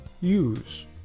use